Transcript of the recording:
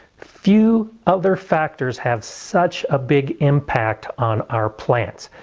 few other factors have such a big impact on our plants.